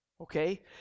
okay